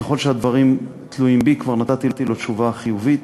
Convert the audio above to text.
ככל שהדברים תלויים בי כבר נתתי לו תשובה חיובית.